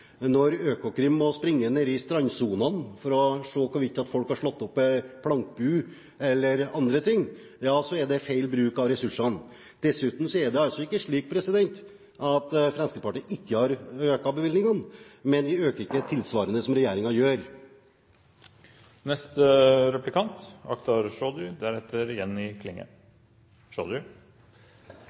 Når Økokrim må springe rundt i strandsonen for å se om folk har slått opp en plankebu e.l., er det feil bruk av ressursene. Dessuten er det altså ikke slik at Fremskrittspartiet ikke har økt bevilgningene, men vi øker ikke tilsvarende det regjeringen gjør.